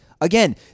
Again